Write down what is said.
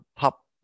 top